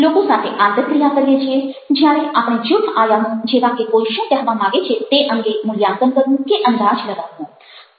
લોકો સાથે આંતરક્રિયા કરીએ છીએ જ્યારે આપણે જૂથ આયામો જેવા કે કોઈ શું કહેવા માંગે છે તે અંગે મૂલ્યાંકન કરવું કે અંદાજ લગાવવો